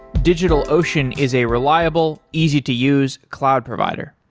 digitalocean is a reliable, easy to use cloud provider.